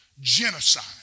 genocide